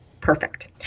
perfect